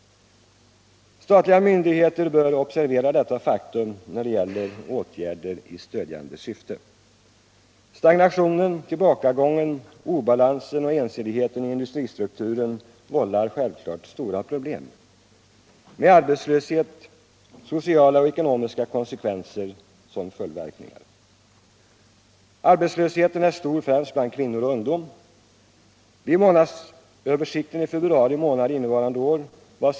Statliga myndigheter bör observera detta faktum när det gäller åtgärder i stödjande syfte. Stagnationen, tillbakagången, obalansen och ensidigheten i industristrukturen vållar självfallet stora problem med arbetslöshet och sociala och ekonomiska svårigheter som följdverkningar.